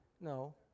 No